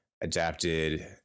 adapted